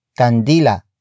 Candila